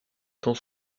temps